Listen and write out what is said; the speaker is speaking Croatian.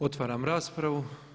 Otvaram raspravu.